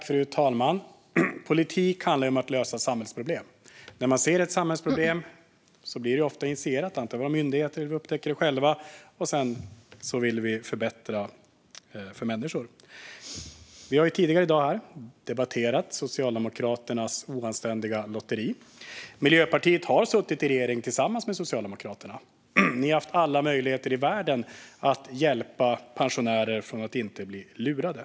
Fru talman! Politik handlar om att lösa samhällsproblem. När man ser ett samhällsproblem tas ofta initiativ av våra myndigheter, eller om vi upptäcker det själva, och sedan vill man förbättra för människor. Vi har tidigare i dag debatterat Socialdemokraternas oanständiga lotteri. Miljöpartiet har suttit i regering tillsammans med Socialdemokraterna och har haft alla möjligheter i världen att hjälpa pensionärer att inte bli lurade.